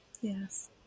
Yes